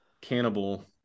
cannibal